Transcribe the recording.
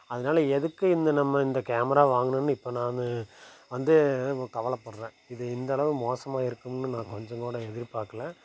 அதனால எதுக்கு இந்த நம்ம இந்த கேமரா வாங்கினோன்னு இப்போ நான் வந்து கவலைப்பட்றேன் இது இந்தளவு மோசமாக இருக்கும்னு நான் கொஞ்சம் கூட எதிர்பார்க்கல